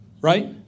Right